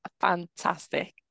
fantastic